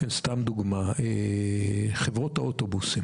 לדוגמה, חברות האוטובוסים